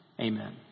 Amen